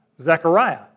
Zechariah